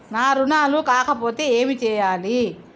నా రుణాలు కాకపోతే ఏమి చేయాలి?